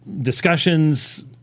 discussions